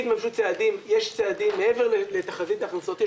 מעבר לתחזית הכנסות,